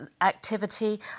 activity